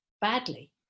badly